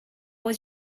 was